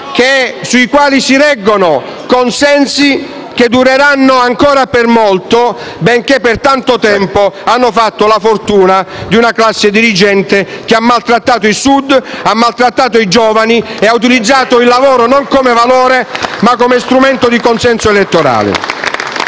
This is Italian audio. sulle quali si reggono consensi che dureranno ancora per molto benché per tanto tempo hanno fatto la fortuna di una classe dirigente che ha maltrattato il Sud, i giovani e ha utilizzato il lavoro non come valore, ma come strumento di consenso elettorale.